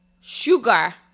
sugar